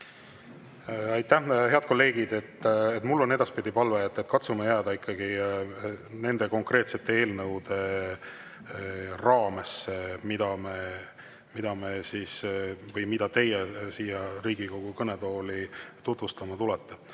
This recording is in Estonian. Aitäh! Head kolleegid, mul on edaspidi palve, et katsume jääda ikkagi nende konkreetsete eelnõude raamesse, mida te siia Riigikogu kõnetooli tutvustama tulete.